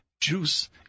juice